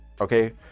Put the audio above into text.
okay